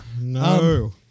No